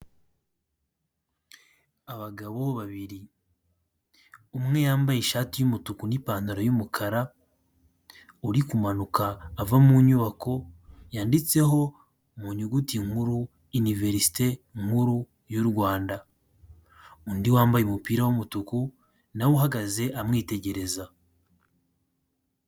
Abagabo babiri umwe yambaye ishati y'umutuku n'ipantaro y'umukara uri kumanuka ava mu nyubako yanditseho mu nyuguti nkuru iniveresite nkuru y'u Rwanda, undi wambaye umupira w'umutuku na we uhagaze amwitegereza.